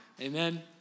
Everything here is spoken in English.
Amen